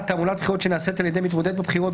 (1) תעמולת בחירות שנעשית על ידי מתמודד בבחירות,